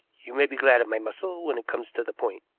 you may be glad of my muscle when it comes to the point,